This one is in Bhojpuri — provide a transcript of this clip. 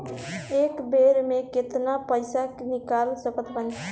एक बेर मे केतना पैसा निकाल सकत बानी?